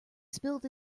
spilled